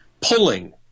pulling